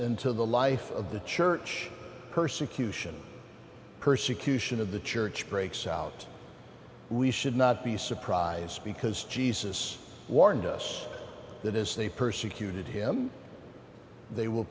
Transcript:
into the life of the church persecution persecution of the church breaks out we should not be surprised because jesus warned us that as they persecuted him they will